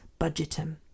budgetum